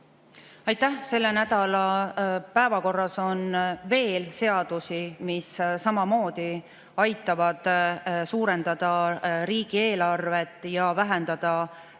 Aitäh! Selle nädala päevakorras on veel seadusi, mis samamoodi aitavad suurendada riigieelarvet ja vähendada defitsiiti.